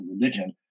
religion